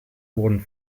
wurden